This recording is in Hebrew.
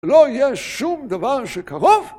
לא יהיה שום דבר שקרוב!